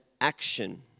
action